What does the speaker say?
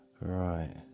right